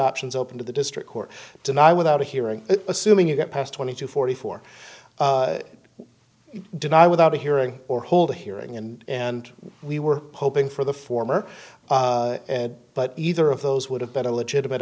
options open to the district court deny without a hearing assuming you get past twenty to forty four deny without a hearing or hold a hearing and and we were hoping for the former but either of those would have been a legitimate